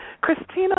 Christina